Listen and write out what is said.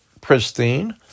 pristine